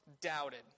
Doubted